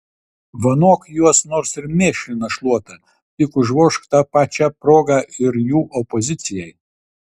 vanok juos nors ir mėšlina šluota tik užvožk ta pačia proga ir jų opozicijai